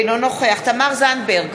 אינו נוכח תמר זנדברג,